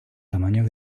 tamaño